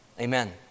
Amen